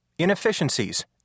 inefficiencies